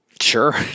Sure